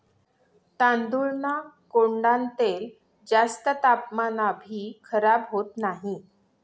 तांदूळना कोंडान तेल जास्त तापमानमाभी खराब होत नही